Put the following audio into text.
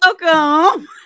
Welcome